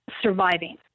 surviving